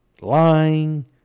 lying